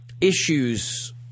issues